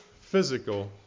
physical